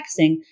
texting